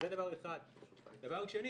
דבר שני